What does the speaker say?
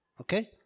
Okay